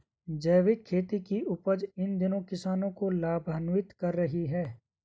जैविक खेती की उपज इन दिनों किसानों को लाभान्वित कर रही है